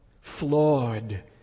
flawed